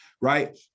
Right